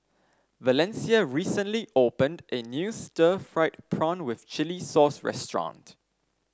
Valencia recently opened a new Stir Fried Prawn with Chili Sauce restaurant